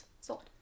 salt